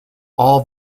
all